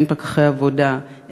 אין פקחי עבודה,